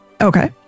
Okay